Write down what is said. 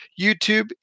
YouTube